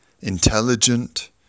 intelligent